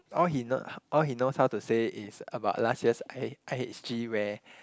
all he kn~ all he knows how to say is about last year's I i_h_g where